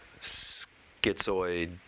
schizoid